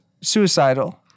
suicidal